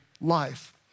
life